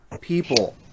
people